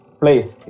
place